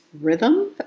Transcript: rhythm